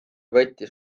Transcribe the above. võttis